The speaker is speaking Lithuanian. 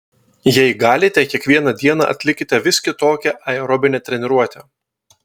jei galite kiekvieną dieną atlikite vis kitokią aerobinę treniruotę